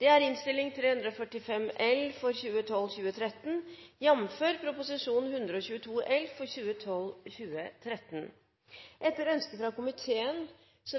Det anses vedtatt. Etter ønske fra justiskomiteen